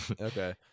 Okay